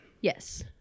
Yes